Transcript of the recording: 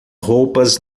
roupas